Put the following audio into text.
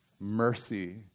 mercy